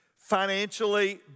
financially